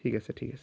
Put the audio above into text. ঠিক আছে ঠিক আছে